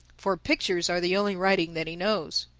for pictures are the only writing that he knows.